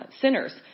sinners